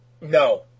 No